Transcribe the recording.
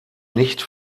nicht